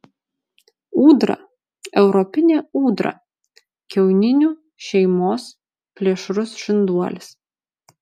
ūdra europinė ūdra kiauninių šeimos plėšrus žinduolis